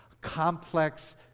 complex